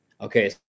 okay